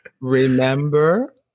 Remember